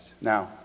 Now